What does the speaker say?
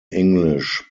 english